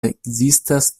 ekzistas